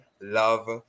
love